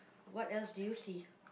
what else do you see